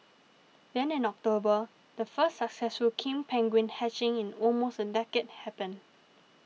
then in October the first successful king penguin hatching in almost a decade happened